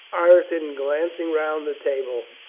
ireton, glancing round the table,